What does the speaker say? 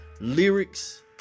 lyrics